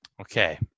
Okay